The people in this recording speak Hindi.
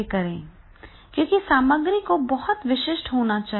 क्योंकि सामग्री को बहुत विशिष्ट होना चाहिए